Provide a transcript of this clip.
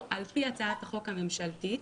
הצעת החוק הממשלתית